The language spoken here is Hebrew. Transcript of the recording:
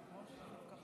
שלוש דקות